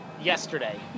yesterday